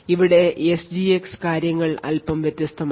ഇവിടെ എസ്ജിഎക്സ് കാര്യങ്ങൾ അൽപം വ്യത്യസ്തമാണ്